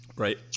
Right